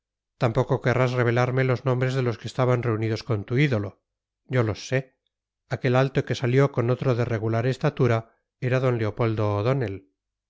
tampoco querrás revelarme los nombres de los que estaban reunidos con tu ídolo yo los sé aquel alto que salió con otro de regular estatura era d leopoldo